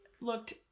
looked